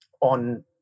on